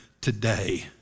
today